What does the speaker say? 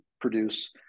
produce